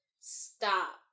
stop